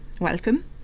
welcome